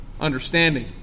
understanding